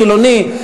חילוני,